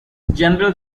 general